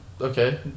Okay